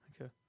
Okay